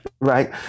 right